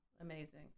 amazing